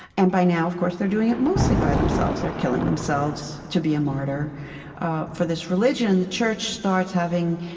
and by now, of course, they're doing it mostly by themselves. they're killing themselves to be a martyr for this religion. and the church starts having,